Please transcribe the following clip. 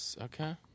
okay